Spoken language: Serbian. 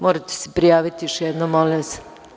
Morate se prijaviti još jednom, molim vas.